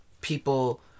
people